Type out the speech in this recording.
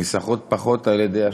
ניסחט פחות על-ידי השותפים.